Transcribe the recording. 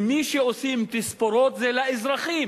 מי שעושים להם תספורות זה האזרחים.